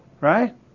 Right